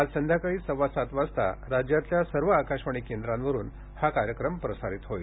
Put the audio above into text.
आज संध्याकाळी सव्वा सात वाजता राज्यातल्या सर्व आकाशवाणी केंद्रावरून हा कार्यक्रम प्रसारित होईल